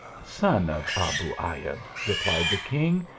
son of abu ayub, replied the king,